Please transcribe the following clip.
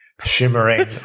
Shimmering